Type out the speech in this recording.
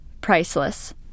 Priceless